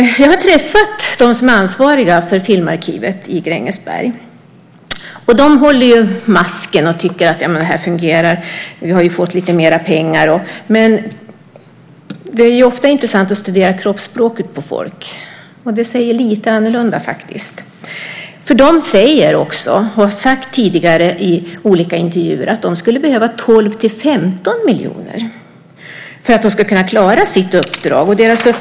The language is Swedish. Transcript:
Jag har träffat de som är ansvariga för Filmarkivet i Grängesberg. De håller masken och tycker att det här fungerar: Vi har ju fått lite mer pengar. Men det är ofta intressant att studera kroppsspråket på folk. Det säger något annat. De säger också, och har sagt tidigare i olika intervjuer, att de skulle behöva 12-15 miljoner för att de ska kunna klara sitt uppdrag.